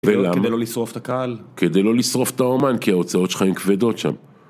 ולמה? כדי לא לשרוף את הקהל. כדי לא לשרוף את האומן, כי ההוצאות שלך הן כבדות שם.